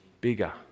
bigger